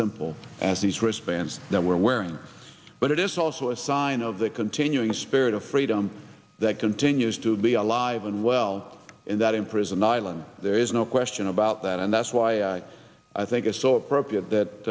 simple as these wristbands that we're wearing but it is also a sign of the continuing spirit of freedom that continues to be alive and well in that imprisoned island there is no question about that and that's why i think it's so appropriate that